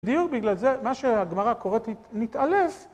בדיוק בגלל זה מה שהגמרא קוראת נתעלף